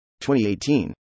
2018